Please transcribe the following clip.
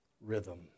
rhythm